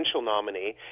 nominee